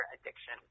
addiction